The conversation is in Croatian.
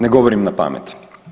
Ne govorim na pamet.